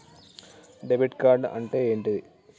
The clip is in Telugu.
డెబిట్ కార్డ్ అంటే ఏంటిది?